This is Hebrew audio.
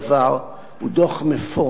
הוא דוח מפורט ביותר.